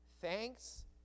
Thanks